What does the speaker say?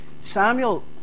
Samuel